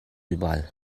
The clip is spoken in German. überall